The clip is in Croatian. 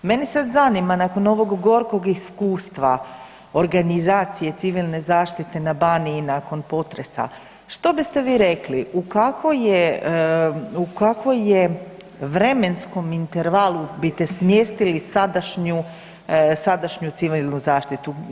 Mene sad zanima nakon ovog gorkog iskustva organizacije Civilne zaštite na Baniji nakon potresa što biste vi rekli u kakvom je vremenskom intervalu biste smjestili sadašnju civilnu zaštitu?